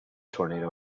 tornado